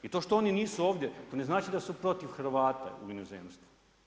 I to što oni nisu ovdje, to ne znači da su protiv Hrvata u inozemstvu.